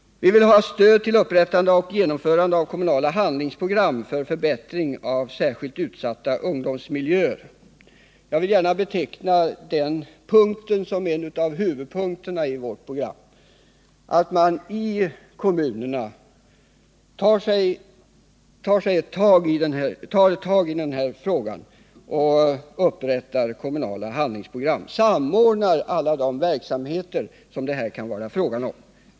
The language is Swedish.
Vi vill ha stöd till upprättande och genomförande av kommunala handlingsprogram för förbättring av särskilt utsatta ungdomsmiljöer. Jag vill beteckna denna punkt som en av huvudpunkterna i vårt program. Det gäller för kommunerna att ta tag i den här frågan och upprätta kommunala handlingsprogram samt samordna alla de verksamheter som det här kan vara fråga om.